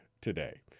today